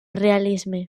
realisme